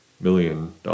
million